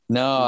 no